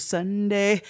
Sunday